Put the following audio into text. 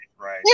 right